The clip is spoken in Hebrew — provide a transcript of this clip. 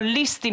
הוליסטיים,